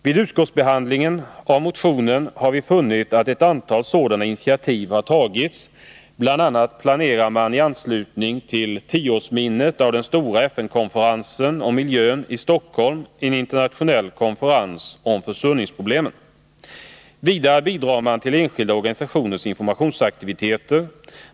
Vid utskottsbehandlingen av motionen har vi funnit att ett antal sådana initiativ har tagits. Bl. a. planerar man i anslutning till tioårsminnet av den stora FN-konferensen om miljön i Stockholm en internationell konferens om försurningsproblemen. Vidare bidrar man till enskilda organisationers informationsaktiviteter.